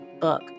book